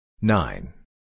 nine